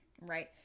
right